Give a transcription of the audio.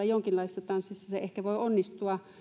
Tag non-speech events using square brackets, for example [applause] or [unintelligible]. [unintelligible] jonkinlaisessa tanssissa se ehkä voi onnistua